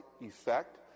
effect